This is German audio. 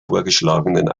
vorgeschlagenen